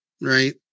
Right